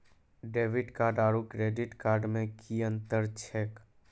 Debit card आरू credit card मे कि अन्तर छैक?